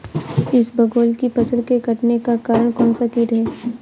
इसबगोल की फसल के कटने का कारण कौनसा कीट है?